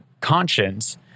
conscience